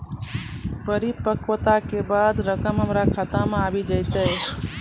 परिपक्वता के बाद रकम हमरा खाता मे आबी जेतै?